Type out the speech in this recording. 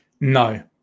No